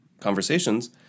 conversations